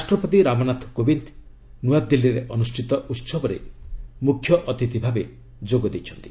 ରାଷ୍ଟ୍ରପତି ରାମନାଥ କୋବିନ୍ଦ ନୁଆଦିଲ୍ଲୀରେ ଅନୁଷ୍ଠିତ ଉତ୍ସବରେ ମୁଖ୍ୟଅତିଥି ଭାବେ ଯୋଗ ଦେଇଛନ୍ତି